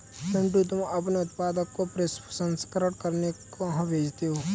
पिंटू तुम अपने उत्पादन को प्रसंस्करण करने कहां भेजते हो?